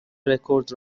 رکورد